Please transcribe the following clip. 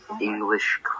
English